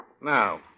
Now